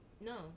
No